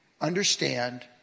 understand